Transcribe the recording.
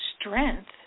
strength